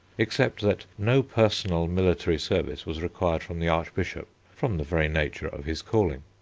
except that no personal military service was required from the archbishop from the very nature of his calling.